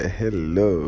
hello